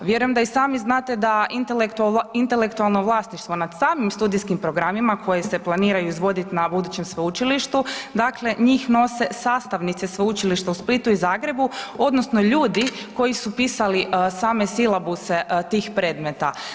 Vjerujem da i sami znate da intelektualno vlasništvo nad samim studijskim programima koji se planiraju izvodit na budućem sveučilištu, dakle njih nose sastavnice Sveučilišta u Splitu i Zagrebu odnosno ljudi koji su pisali same silabuse tih predmeta.